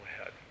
ahead